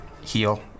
heal